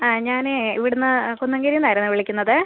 ആ ഞാനേ ഇവിടുന്ന് കുന്നംകരയിൽ നിന്നായിരുന്നു വിളിക്കുന്നത്